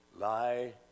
lie